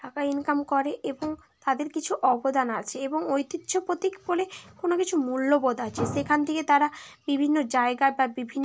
টাকা ইমকাম করে এবং তাদের কিছু অবদান আছে এবং ঐতিহ্য পোতিক বলে কোনও কিছু মূল্যবোধ আছে সেখান থেকে তারা বিভিন্ন জায়গা বা বিভিন্ন